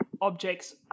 objects